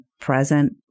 present